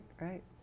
right